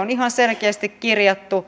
on ihan selkeästi kirjattu